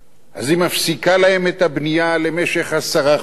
אז היא מפסיקה להם את הבנייה למשך עשרה חודשים,